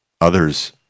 others